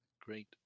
Great